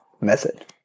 method